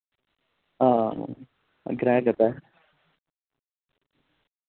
हां ग्रैह्